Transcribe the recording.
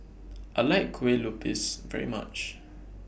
I like Kue Lupis very much